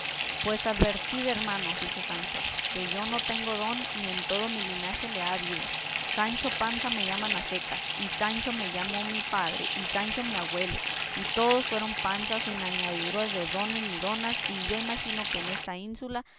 pues advertid hermano dijo sancho que yo no tengo don ni en todo mi linaje le ha habido sancho panza me llaman a secas y sancho se llamó mi padre y sancho mi agüelo y todos fueron panzas sin añadiduras de dones ni donas y yo imagino que en esta ínsula